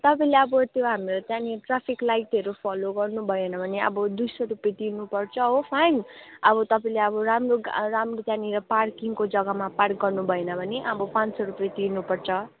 तपाईँले अब त्यो हाम्रो त्यहाँनिर ट्राफिक लाइटहरू फलो गर्नु भएन भने अब दुई सय रुपियाँ तिर्नुपर्छ हो फाइन अब तपाईँले अब राम्रो राम्रो त्यहाँनिर पार्किङको जग्गामा पार्क गर्नु भएन भने अब पाँच सय रुपियाँ तिर्नुपर्छ